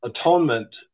atonement